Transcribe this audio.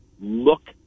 look